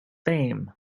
fame